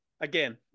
again